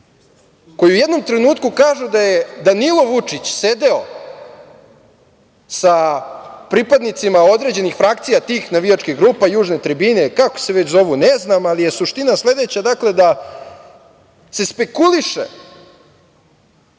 koji u jednom trenutku kažu da je Danilo Vučić sedeo sa pripadnicima određenih frakcija tih navijačkih grupa južne tribine, kako se već zovu ne znam, ali je suština sledeća. Dakle, spekuliše